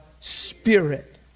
Spirit